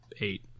eight